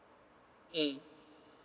mm